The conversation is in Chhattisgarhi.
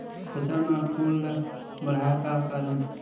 फसल म फूल ल बढ़ाय का करन?